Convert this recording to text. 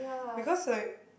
because like